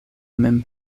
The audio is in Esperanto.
mem